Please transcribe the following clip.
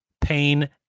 pain